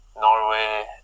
Norway